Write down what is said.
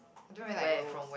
I don't really like rolls